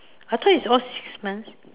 I thought it's all six months